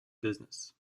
business